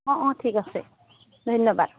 অঁ অঁ ঠিক আছে ধন্যবাদ